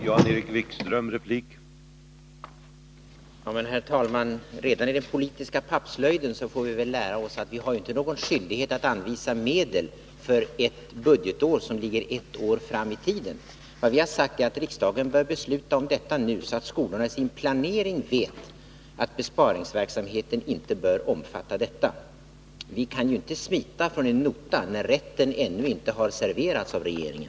Herr talman! Redan i den politiska pappslöjden får vi lära oss att vi inte har någon skyldighet att anvisa medel för ett budgetår som ligger ett år fram i tiden. Det vi har sagt är att riksdagen bör besluta om detta nu, så att skolorna isin planering vet att besparingsverksamheten inte bör omfatta detta. Vi kan inte smita från en nota, när rätten ännu inte har serverats av regeringen.